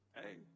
hey